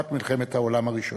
בתקופת מלחמת העולם הראשונה.